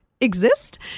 exist